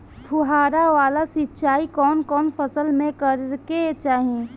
फुहारा वाला सिंचाई कवन कवन फसल में करके चाही?